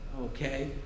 okay